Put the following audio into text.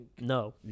No